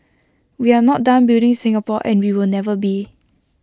we are not done building Singapore and we will never be